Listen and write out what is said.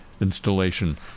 installation